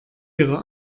ihrer